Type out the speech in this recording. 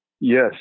Yes